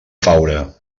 faura